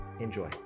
Enjoy